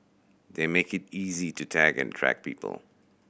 that make it easy to tag and track people